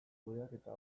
kudeaketa